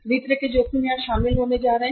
सभी तरह के जोखिम यहां शामिल होने जा रहे हैं